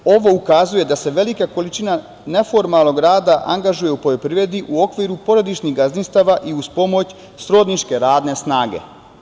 Ovo ukazuje da se velika količina neformalnog rada angažuju u poljoprivredi u okviru porodičnih gazdinstava i uz pomoć srodničke radne snage.